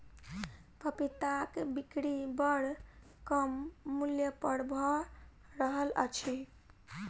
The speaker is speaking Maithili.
पपीताक बिक्री बड़ कम मूल्य पर भ रहल अछि